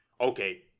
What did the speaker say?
Okay